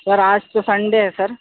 سر آج تو سنڈے ہے سر